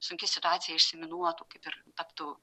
sunki situacija išsiminuotų kaip ir taptų